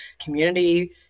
community